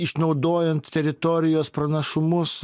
išnaudojant teritorijos pranašumus